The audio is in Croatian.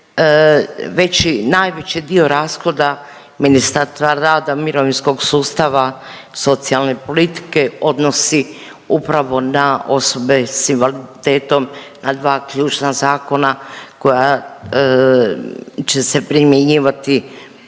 veći, najveći dio rashoda Ministarstva rada, mirovinskog sustava, socijalne politike odnosi upravo na osobe s invaliditetom na dva ključna zakona koja će se primjenjivati